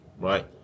Right